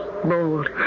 Bold